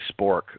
Spork